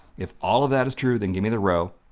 if all of that is true then give me the row,